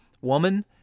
Woman